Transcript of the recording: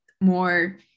more